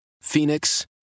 Phoenix